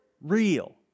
real